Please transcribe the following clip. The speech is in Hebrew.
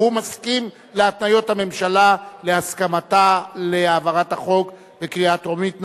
והוא מסכים להתניות הממשלה להסכמתה להעברת החוק לקריאה טרומית.